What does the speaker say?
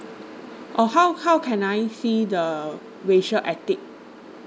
oh how how can I see the racial ethnic